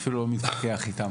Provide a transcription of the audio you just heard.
אני אפילו לא מתווכח איתם.